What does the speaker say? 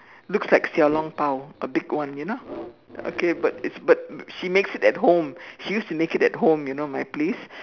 looks like Xiao Long Bao a big one you know okay but it's but she makes it at home she used to make it at home you know at my place